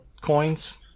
coins